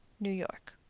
new york.